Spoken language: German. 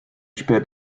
spät